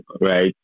right